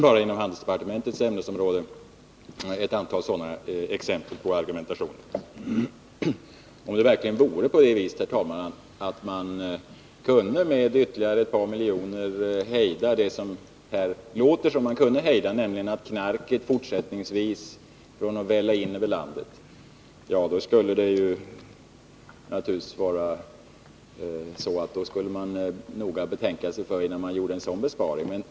Bara på handelsdepartementets område finns ett antal exempel på sådan argumentation. Om det vore på det viset att man med ytterligare ett par miljoner fortsättningsvis verkligen kunde hindra knarket från att välla in över landet, då skulle man naturligtvis noga tänka sig för innan man föreslog en sådan besparing.